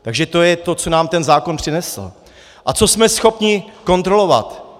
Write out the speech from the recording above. Takže to je to, co nám ten zákon přinesl a co jsme schopni kontrolovat.